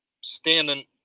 standing